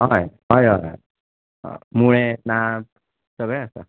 हय हय हय हय ह मुळे नाब सगळें आसा